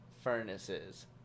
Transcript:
Furnaces